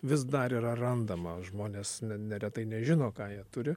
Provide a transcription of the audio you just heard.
vis dar yra randama žmonės ne neretai nežino ką jie turi